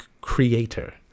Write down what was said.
creator